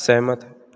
ਸਹਿਮਤ